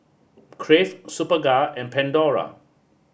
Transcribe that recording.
Crave Superga and Pandora